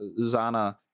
Zana